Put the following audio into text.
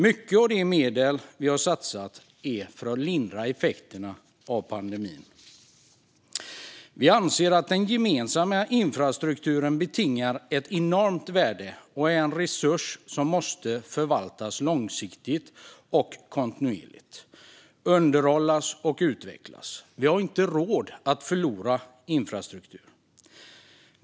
Mycket av de extra medel vi satsar är för att lindra effekterna av pandemin. Vi anser att den gemensamma infrastrukturen betingar ett enormt värde och är en resurs som måste förvaltas långsiktigt och kontinuerligt, underhållas och utvecklas. Vi har inte råd att förlora infrastruktur.